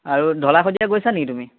আৰু ঢলা শদিয়া গৈছা নি তুমি